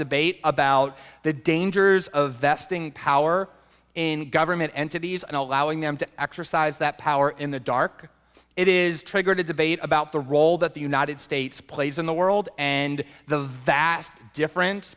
debate about the dangers of vesting power in government entities and allowing them to exercise that power in the dark it is triggered a debate about the role that the united states plays in the world and the vast difference